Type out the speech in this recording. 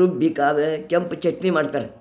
ರುಬ್ಬಿ ಕಾದ ಕೆಂಪು ಚಟ್ನಿ ಮಾಡ್ತಾರೆ